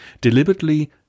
deliberately